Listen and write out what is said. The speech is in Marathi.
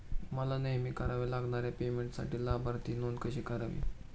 मला नेहमी कराव्या लागणाऱ्या पेमेंटसाठी लाभार्थी नोंद कशी करावी?